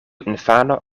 infano